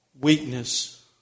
weakness